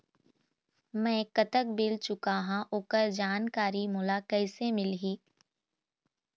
मैं कतक बिल चुकाहां ओकर जानकारी मोला कइसे मिलही?